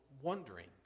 wondering